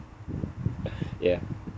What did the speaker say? ya